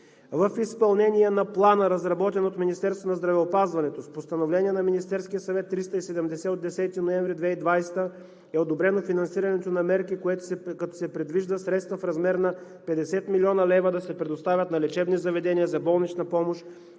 В изпълнение на плана, разработен от Министерството на здравеопазването, с Постановление на Министерския съвет № 370 от 10 ноември 2020 г. е одобрено финансирането на мерки, като се предвижда средства в размер на 50 млн. лв. да се предоставят на лечебни заведения за болнична помощ,